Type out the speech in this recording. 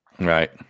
Right